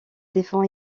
défend